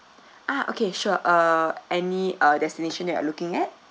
ah okay sure uh any uh destination that are looking at